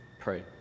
pray